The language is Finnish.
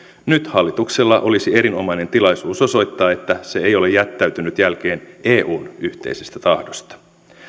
nyt hallituksella olisi erinomainen tilaisuus osoittaa että se ei ole jättäytynyt jälkeen eun yhteisestä tahdosta